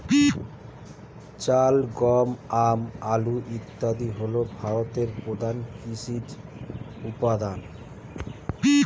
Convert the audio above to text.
চাল, গম, আম, আলু ইত্যাদি হল ভারতের প্রধান কৃষিজ উপাদান